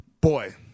boy